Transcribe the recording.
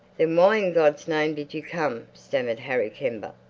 then why in god's name did you come? stammered harry kember.